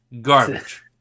Garbage